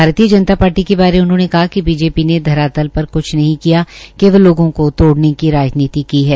भारतीय जनता पार्टी के बारे उन्होंने कहा कि बीजेपी ने धरातल पर क्छ नहीं किया केवल लोगों को तोड़ने की राजनीति की है